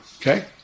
okay